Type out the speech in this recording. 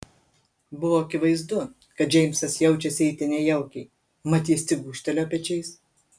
buvo akivaizdu kad džeimsas jaučiasi itin nejaukiai mat jis tik gūžtelėjo pečiais